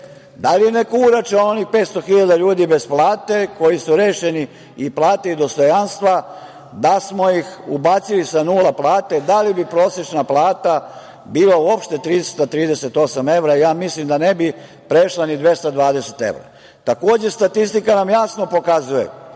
da li je neko uračunao onih 500.000 hiljada ljudi bez plate koji su rešeni i plate i dostojanstva, da smo ih ubacili sa nula plate, da li bi prosečna plata bila uopšte 338 evra? Ja mislim da ne bi prešla ni 220 evra. Takođe, statistika nam jasno pokazuje